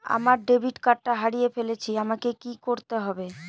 আমার ডেবিট কার্ডটা হারিয়ে ফেলেছি আমাকে কি করতে হবে?